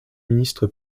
ministre